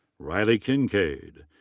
reilly kincaid.